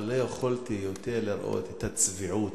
אבל לא יכולתי יותר לראות את הצביעות